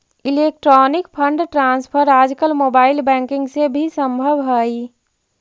electronic fund transfer आजकल mobile banking से भी संभव हइ